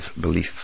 belief